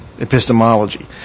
epistemology